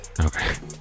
Okay